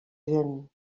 gent